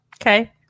Okay